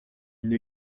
une